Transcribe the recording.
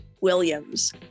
Williams